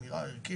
זו אמירה ערכית.